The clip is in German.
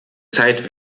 zeit